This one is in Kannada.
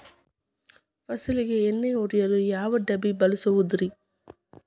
ಫಸಲಿಗೆ ಎಣ್ಣೆ ಹೊಡೆಯಲು ಯಾವ ಡಬ್ಬಿ ಬಳಸುವುದರಿ?